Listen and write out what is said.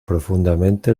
profundamente